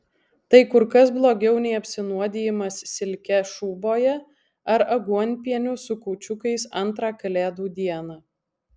tai kur kas blogiau nei apsinuodijimas silke šūboje ar aguonpieniu su kūčiukais antrą kalėdų dieną